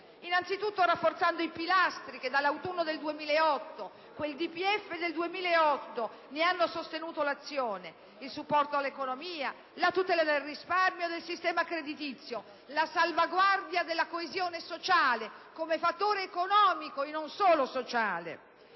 Innanzitutto rafforzando i pilastri che, dall'autunno 2008 - quel DPEF del 2008! -, ne hanno sostenuto l'azione: il supporto all'economia, la tutela del risparmio e del sistema creditizio, la salvaguardia della coesione sociale come fattore economico e non solo sociale.